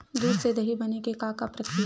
दूध से दही बने के का प्रक्रिया हे?